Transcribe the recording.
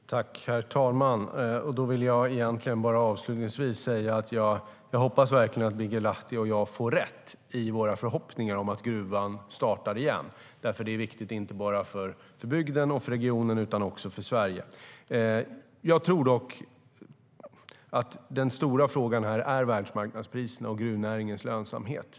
STYLEREF Kantrubrik \* MERGEFORMAT Svar på interpellationerDen stora frågan är dock världsmarknadspriserna och gruvnäringens lönsamhet.